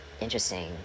interesting